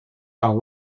are